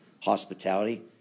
hospitality